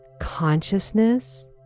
consciousness